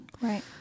right